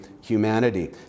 humanity